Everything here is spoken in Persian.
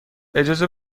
اجازه